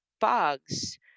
bugs